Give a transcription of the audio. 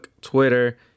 twitter